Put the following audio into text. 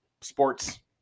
Sports